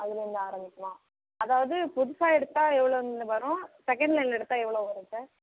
அதுலேருந்து ஆரம்மிக்குமா அதாவது புதுசாக எடுத்தால் எவ்வளோ வரும் செகண்ட்லைனில் எடுத்தால் எவ்வளோ வரும் சார்